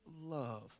love